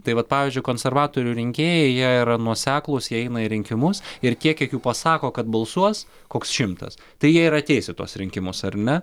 tai vat pavyzdžiui konservatorių rinkėjai jie yra nuoseklūs jie eina į rinkimus ir tiek kiek jų pasako kad balsuos koks šimtas tai jie ir ateis į tuos rinkimus ar ne